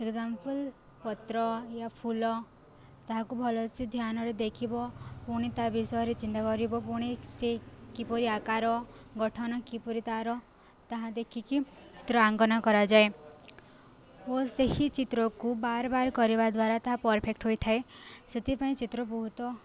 example ପତ୍ର ୟା ଫୁଲ ତାହାକୁ ଭଲସେ ଧ୍ୟାନରେ ଦେଖିବ ପୁଣି ତା ବିଷୟରେ ଚିନ୍ତା କରିବ ପୁଣି ସେ କିପରି ଆକାର ଗଠନ କିପରି ତାର ତାହା ଦେଖିକି ଚିତ୍ର ଆଙ୍କନ କରାଯାଏ ଓ ସେହି ଚିତ୍ରକୁ ବାର ବାର୍ କରିବା ଦ୍ୱାରା ତାହା ପରଫେକ୍ଟ ହୋଇଥାଏ ସେଥିପାଇଁ ଚିତ୍ର ବହୁତ